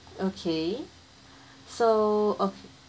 okay so okay